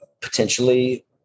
potentially